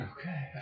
Okay